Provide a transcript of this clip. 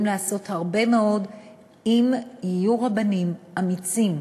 לעשות הרבה מאוד אם יהיו רבנים אמיצים,